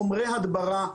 חומרי הדברה,